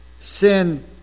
Sin